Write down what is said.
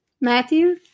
Matthew